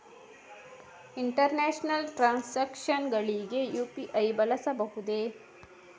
International transactions ಗಳಿಗೆ UPI ಬಳಸಬಹುದೇ?